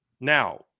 Now